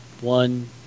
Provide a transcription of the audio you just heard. one